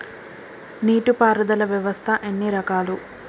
నీటి పారుదల వ్యవస్థ ఎన్ని రకాలు?